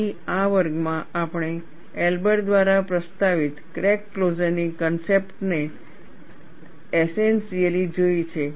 તેથી આ વર્ગમાં આપણે એલ્બર દ્વારા પ્રસ્તાવિત ક્રેક ક્લોઝરની કન્સેપ્ટ ઓને એસેનશીયલી જોઈ છે